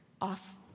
off